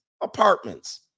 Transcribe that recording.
apartments